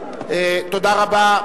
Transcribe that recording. תודה רבה.